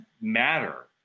matter